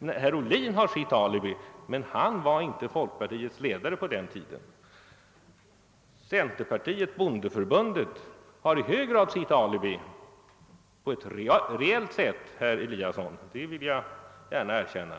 Herr Ohlin har ett alibi, men han var ju inte folkpartiets ledare på den tiden. Centerpartiet-bondeförbundet har i hög grad ett reellt alibi, herr Eliasson i Sundborn — det vill jag gärna erkänna.